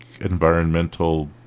environmental